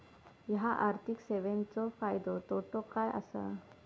हया आर्थिक सेवेंचो फायदो तोटो काय आसा?